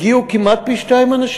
הגיעו כמעט פי-שניים.